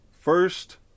first